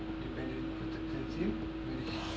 you